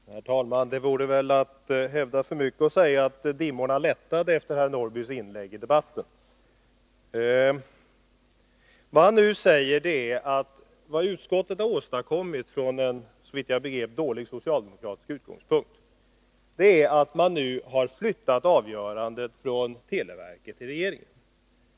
Herr talman! Det vore väl att hävda för mycket att säga att dimmorna lättade efter herr Norrbys inlägg i debatten. Han säger nu att vad utskottet har åstadkommit, från en såvitt jag begrep dålig socialdemokratisk utgångspunkt, är att man har flyttat avgörandet från televerket till regeringen.